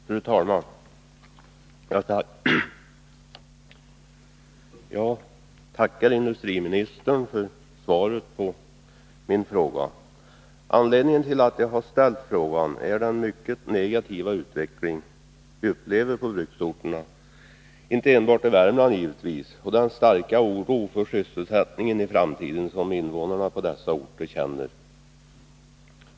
Fru talman! Jag tackar industriministern för svaret på min fråga. Anledningen till att jag har ställt frågan är den mycket negativa utveckling vi upplever på bruksorterna, inte enbart i Värmland givetvis, och den starka oro för sysselsättningen i framtiden som invånarna på dessa orter känner.